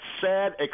sad